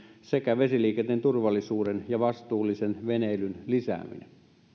sekä vesiliikenteen turvallisuuden ja vastuullisen veneilyn lisääminen